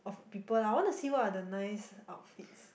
of people lah I want to see what are the nice outfits